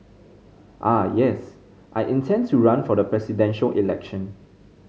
ah yes I intend to run for the Presidential Election